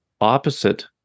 opposite